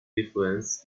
difference